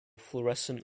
fluorescent